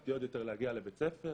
הפסקתי עוד יותר להגיע לבית ספר